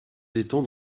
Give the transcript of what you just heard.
étangs